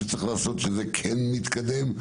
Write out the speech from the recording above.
שזה כן מתקדם,